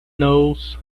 knows